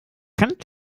kannst